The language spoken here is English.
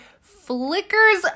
flickers